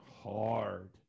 hard